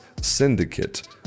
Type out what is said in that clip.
Syndicate